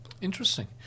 Interesting